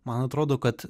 man atrodo kad